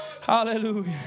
Hallelujah